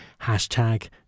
Hashtag